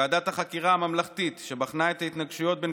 ועדת החקירה הממלכתית שבחנה את ההתנגשויות בין